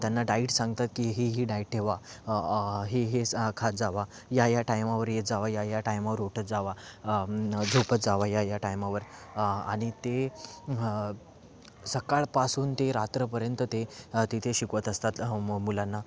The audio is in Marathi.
त्यांना डाईट सांगतात की ही ही डाईट ठेवा हे हे खात जा या या टायमावर येत जा या या टायमावर उठत जा झोपत जा या या टायमावर आणि ते सकाळपासून ते रात्रीपर्यंत ते तिथे शिकवत असतात म मुलांना